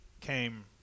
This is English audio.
came